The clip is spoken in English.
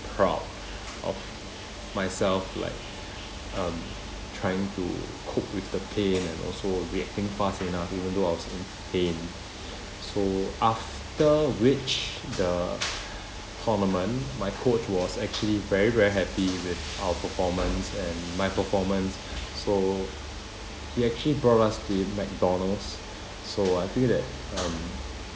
proud of myself like um trying to cope with the pain and also reacting fast enough even though I was in pain so after which the tournament my coach was actually very very happy with our performance and my performance so he actually brought us to eat Mcdonald's so I feel that um